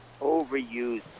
overused